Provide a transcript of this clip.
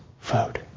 vote